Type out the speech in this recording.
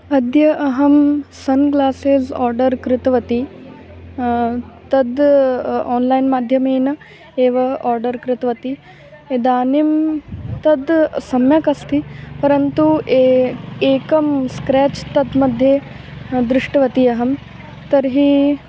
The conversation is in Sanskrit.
अद्य अहं सन् ग्लासस् आर्डर् कृतवती तद् आन्लैन् माध्यमेन एव आर्डर् कृतवती इदानीं तद् समयक् अस्ति परन्तु ए एकं स्क्रेच् तद् मध्ये दृष्टवती अहं तर्हि